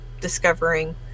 discovering